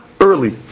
early